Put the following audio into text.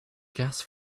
gas